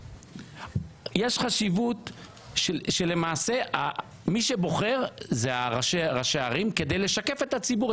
יש חשיבות שלמעשה מי שבוחר זה ראשי הערים כדי לשקף את הציבור,